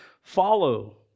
follow